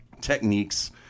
techniques